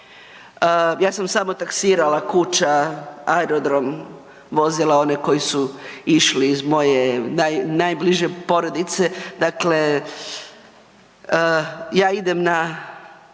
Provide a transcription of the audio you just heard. ja sam samo taksirala kuća aerodrom vozila one koji su išli iz moje najbliže porodice, dakle ja idem na